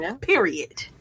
Period